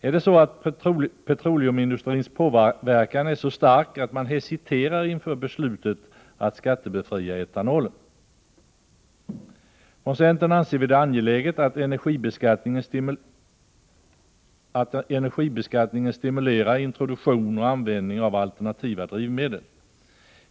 Är petroleumindustrins påverkan så stark att man hesiterar inför beslutet att skattebefria etanolen? Från centern anser vi det angeläget att energibeskattningen stimulerar introduktion och användning av alternativa drivmedel.